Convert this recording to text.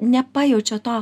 nepajaučia to